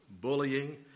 bullying